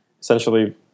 Essentially